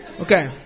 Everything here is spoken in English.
Okay